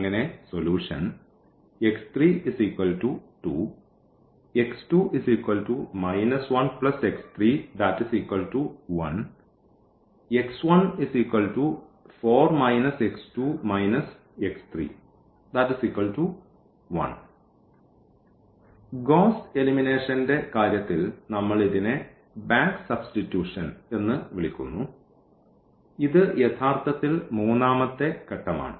അങ്ങനെ solution Gauss എലിമിനേഷന്റെ കാര്യത്തിൽ നമ്മൾ ഇതിനെ ബാക്ക് സബ്സ്റ്റിറ്റുഷൻ എന്ന് നമ്മൾ വിളിക്കുന്നു ഇത് യഥാർത്ഥത്തിൽ മൂന്നാമത്തെ ഘട്ടമാണ്